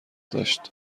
داشت